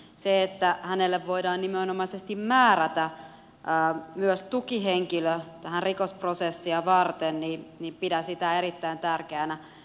pidän erittäin tärkeänä sitä että hänelle voidaan nimenomaisesti määrätä myös tukihenkilö tätä rikosprosessia varten ei pidä sitä erittäin tärkeänä